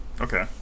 Okay